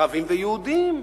ערבים ויהודים.